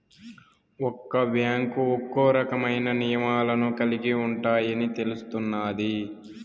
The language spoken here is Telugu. ఒక్క బ్యాంకు ఒక్కో రకమైన నియమాలను కలిగి ఉంటాయని తెలుస్తున్నాది